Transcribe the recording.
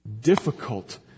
difficult